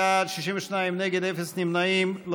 38 בעד, 62 נגד, אפס נמנעים.